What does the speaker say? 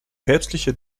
päpstliche